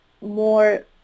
more